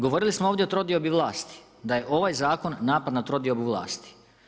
Govorili smo ovdje o trodiobi vlasti da je ovaj zakon napad na trodiobu vlasti.